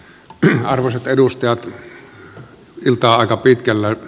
ilta on aika pitkällä